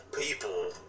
people